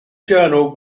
journal